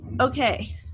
Okay